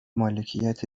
مالکیت